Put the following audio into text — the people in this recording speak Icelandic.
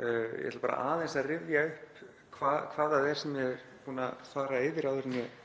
Ég ætla bara aðeins að rifja upp hvað það er sem ég er búinn að fara yfir áður en ég